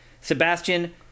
Sebastian